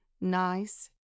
Nice